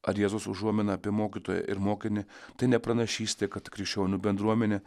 ar jėzaus užuomina apie mokytoją ir mokinį tai ne pranašystė kad krikščionių bendruomenė